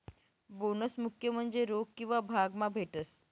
bonus मुख्य म्हन्जे रोक किंवा भाग मा भेटस